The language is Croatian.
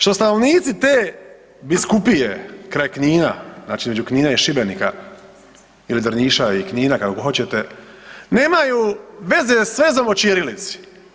Što stanovnici te biskupije kraj Knina, znači između Knina i Šibenika ili Drniša i Knina kako hoćete, nemaju veze s vezom o ćirilici.